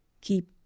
keep